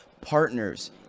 partners